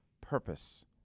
purpose